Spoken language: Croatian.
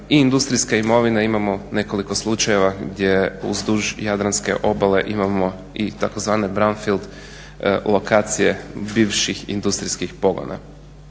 i industrijske imovine, imamo nekoliko slučajeva gdje uz duž Jadranske obale imamo i tzv. brandfield lokacije bivših industrijskih pogona.